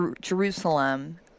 Jerusalem